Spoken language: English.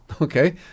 okay